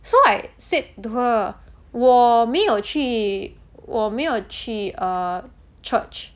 so I said to her 我没有去我没有去 err church